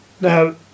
Now